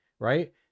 right